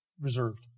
reserved